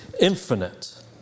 infinite